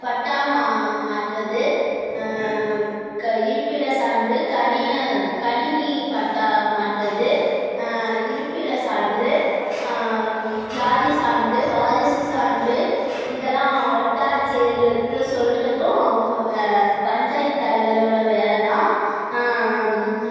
பட்டா மா மாற்றது க இருப்பிடம் சான்று கணின கணினி பட்டா மாற்றது இருப்பிட சான்று ஜாதி சான்று வாரிசு சான்று இதெல்லாம் வட்டாட்சியர்களுக்கு சொல்கிறதும் அவங்க வ பஞ்சாயத் தலைவரோடய வேலை தான்